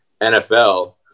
NFL